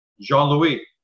Jean-Louis